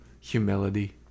humility